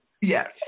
Yes